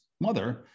mother